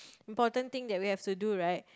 important thing that we have to do right